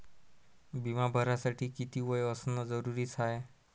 बिमा भरासाठी किती वय असनं जरुरीच हाय?